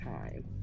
time